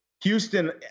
Houston